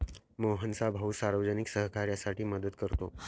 मोहनचा भाऊ सार्वजनिक सहकार्यासाठी मदत करतो